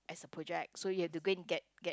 as a project so you have to go and get get